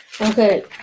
Okay